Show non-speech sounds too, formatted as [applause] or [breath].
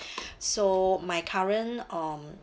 [breath] so my current um